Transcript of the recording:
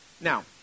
Now